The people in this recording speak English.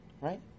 right